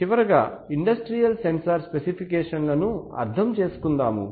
చివరగా industrial sensor specification లను అర్థం చేసుకుందాము